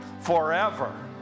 forever